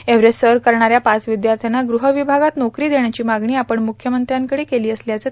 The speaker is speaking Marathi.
एव्हरेस्ट सर करणाऱ्या पाच विद्यार्थ्यांना गृह विभागात नोकरी देण्याची मागणी आपण मुख्यमंत्री यांच्याकडे केली असल्याचं ही श्री